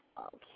Okay